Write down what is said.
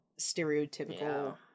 stereotypical